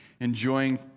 enjoying